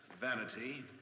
vanity